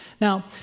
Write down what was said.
Now